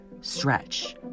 stretch